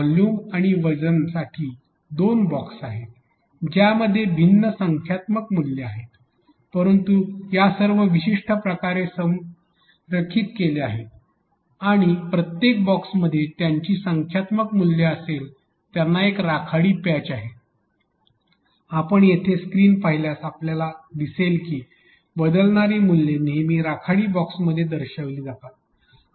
volume आणि वजनासाठी दोन बॉक्स आहेत ज्यामध्ये भिन्न संख्यात्मक मूल्ये आहेत परंतु त्या सर्व विशिष्ट प्रकारे संरेखित केल्या आहेत आणि प्रत्येक बॉक्समध्ये ज्याची संख्यात्मक मूल्ये असेल त्यांना एक राखाडी पॅच आहे आपण येथे स्क्रीन पाहिल्यास आपणास दिसेल की बदलणारी मूल्ये नेहमी राखाडी बॉक्समध्ये दर्शविली जातात